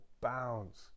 bounds